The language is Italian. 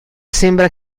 sembra